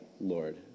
Lord